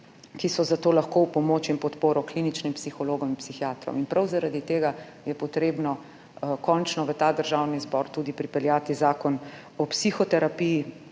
ki so lahko v pomoč in podporo kliničnim psihologom in psihiatrom. Prav zaradi tega je potrebno končno v Državni zbor pripeljati tudi zakon o psihoterapiji,